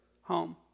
home